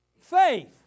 faith